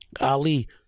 Ali